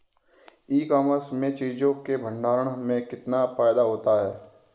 ई commerce में चीज़ों के भंडारण में कितना फायदा होता है?